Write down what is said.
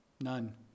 None